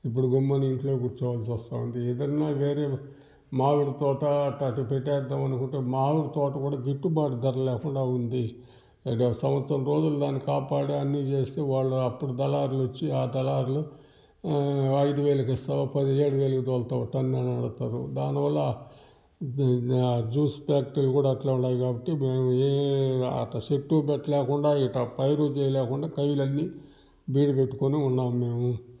ఇప్పుడు గమ్మున ఇంట్లో కూర్చోవాల్సి వస్తు ఉంది ఏదైనా వేరే మామిడి తోట అట్లాంటివి పెట్టేద్దామనుకుంటే మామిడి తోట కూడా గిట్టుబాటు ధర లేకుండా ఉంది ఒక సంవత్సరం రోజులు దాని కాపాడి అన్నీ చేస్తే అప్పుడు దళారులు వచ్చి ఆ దళార్లు ఐదు వేలుకి ఇస్తావా పదిహేడు వేలకు తొలుతావా అని అడుగుతారు దానివల్ల జ్యూస్ ఫ్యాక్టరీ కూడా అట్లే ఉన్నాయి కాబట్టి మేము ఏ అట్ట చెట్టు పెట్ట లేకుండా ఇట్టా పైరు చేయలేకుండా కైరులు అన్నీ బీడు పెట్టుకొని ఉన్నాము మేము